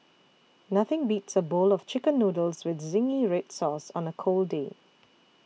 nothing beats a bowl of Chicken Noodles with Zingy Red Sauce on a cold day